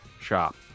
shop